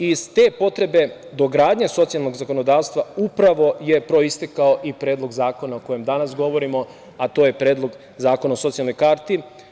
Iz te potrebe dogradnja socijalnog zakonodavstva upravo je proistekao i Predlog zakona o kojem danas govorimo, a to je Predlog Zakona o socijalnoj karti.